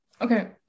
okay